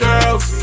Girls